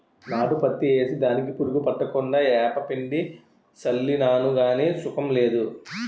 నాటు పత్తి ఏసి దానికి పురుగు పట్టకుండా ఏపపిండి సళ్ళినాను గాని సుకం లేదు